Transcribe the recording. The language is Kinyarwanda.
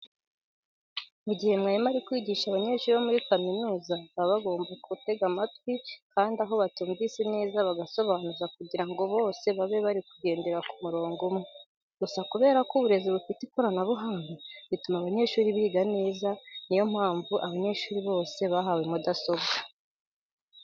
Mu gihe umwarimu ari kwigisha abanyeshuri bo muri kaminuza baba bagomba gutega amatwi kandi aho batumvise neza bagasobanuza kugira ngo bose babe bari kugendera mu murongo umwe. Gusa kubera ko uburezi bufite ikoranabuhanga butuma abanyeshuri biga neza, ni yo mpamvu abanyeshuri bose bahawe mudasobwa.